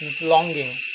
longing